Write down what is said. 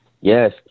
Yes